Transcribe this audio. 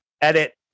Edit